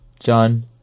John